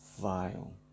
vile